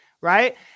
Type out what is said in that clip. Right